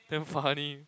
damn funny